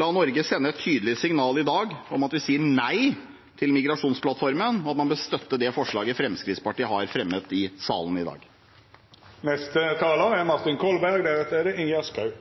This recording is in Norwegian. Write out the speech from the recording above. la Norge sende et tydelig signal i dag om at vi sier nei til migrasjonsplattformen, og at man bør støtte det forslaget Fremskrittspartiet har fremmet i salen i dag. Det blir tydeligere og tydeligere for meg hvor viktig denne dagen er